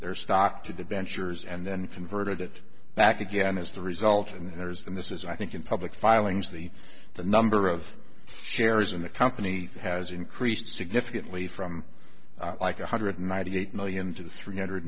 their stock to dentures and then converted it back again as the result in theirs and this is i think in public filings the the number of shares in the company has increased significantly from like one hundred ninety eight million to three hundred